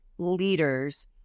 Leaders